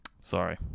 Sorry